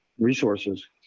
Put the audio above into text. Resources